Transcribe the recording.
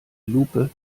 lupe